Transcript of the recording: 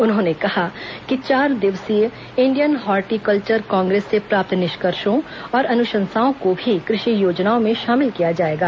उन्होंने कहा कि चार दिवसीय इंडियन हार्टिकल्वर कांग्रेस से प्राप्त निष्कर्षो और अनुशंसाओं को भी कृषि योजनाओं में शामिल किया जाएगा